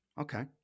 Okay